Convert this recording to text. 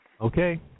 Okay